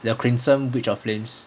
the crimson witch of flames